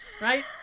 right